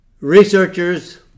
Researchers